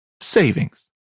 savings